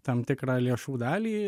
tam tikrą lėšų dalį